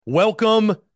Welcome